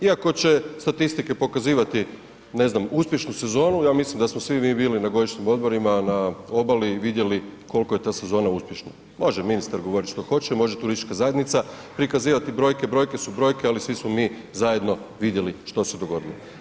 Iako će statistike pokazivati ne znam uspješnu sezonu, ja mislim da smo svi mi bili na godišnjim odmorima, na obali i vidjeli koliko je ta sezona uspješna, može ministar govoriti što hoće, može turistička zajednica prikazivati brojke, brojke su brojke ali svi smo mi zajedno vidjeli što se dogodilo.